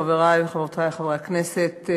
חברי וחברותי חברי הכנסת,